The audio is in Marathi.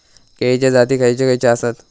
केळीचे जाती खयचे खयचे आसत?